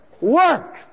work